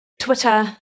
Twitter